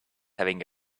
having